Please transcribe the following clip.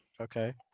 okay